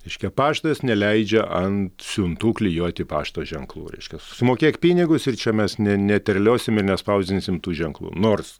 reiškia paštas neleidžia ant siuntų klijuoti pašto ženklų reiškias susimokėk pinigus ir čia mes ne ne terliosim ir nespausdinsim tų ženklų nors